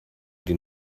den